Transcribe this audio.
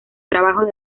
trabajos